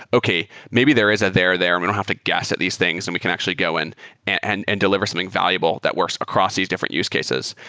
okay, maybe there is that ah there there and we don't have to guess at these things and we can actually go and and and deliver something valuable that works across these different use cases.